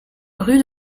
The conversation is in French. rue